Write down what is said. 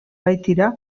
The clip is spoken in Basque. baitira